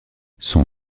son